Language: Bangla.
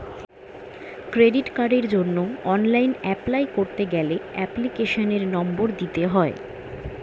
ক্রেডিট কার্ডের জন্য অনলাইন এপলাই করতে গেলে এপ্লিকেশনের নম্বর দিতে হয়